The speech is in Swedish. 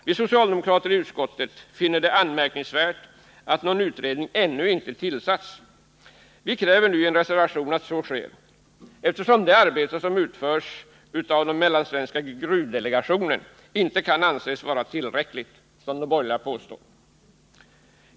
Vi socialdemokrater i utskottet finner det anmärkningsvärt att någon utredning ännu inte tillsatts. Vi kräver nu i en reservation att så sker, eftersom det arbete som utförs av den mellansvenska gruvdelegationen inte kan anses vara tillräckligt, som de borgerliga påstår.